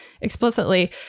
explicitly